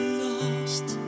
lost